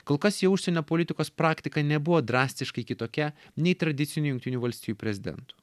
kol kas jo užsienio politikos praktika nebuvo drastiškai kitokia nei tradicinių jungtinių valstijų prezidentų